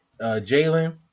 Jalen